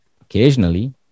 Occasionally